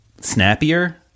snappier